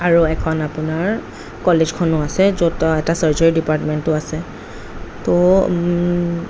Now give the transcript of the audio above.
আৰু এখন আপেোনাৰ কলেজখনো আছে য'ত এটা চাৰ্জাৰী ডিপাৰ্টমেণ্টো আছে তৌ